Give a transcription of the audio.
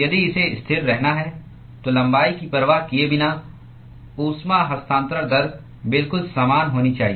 यदि इसे स्थिर रहना है तो लंबाई की परवाह किए बिना ऊष्मा हस्तांतरण दर बिल्कुल समान होनी चाहिए